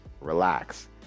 relax